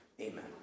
Amen